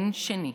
אין שני.